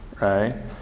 right